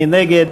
מי נגד?